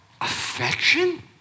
Affection